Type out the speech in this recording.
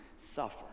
suffer